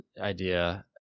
idea